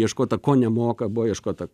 ieškota ko nemoka buvo ieškota